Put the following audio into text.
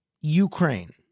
Ukraine